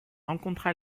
rencontra